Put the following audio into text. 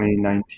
2019